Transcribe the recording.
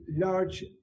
large